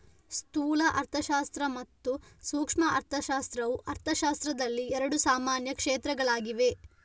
ಸ್ಥೂಲ ಅರ್ಥಶಾಸ್ತ್ರ ಮತ್ತು ಸೂಕ್ಷ್ಮ ಅರ್ಥಶಾಸ್ತ್ರವು ಅರ್ಥಶಾಸ್ತ್ರದಲ್ಲಿ ಎರಡು ಸಾಮಾನ್ಯ ಕ್ಷೇತ್ರಗಳಾಗಿವೆ